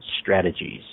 strategies